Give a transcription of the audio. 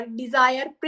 desire